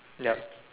yup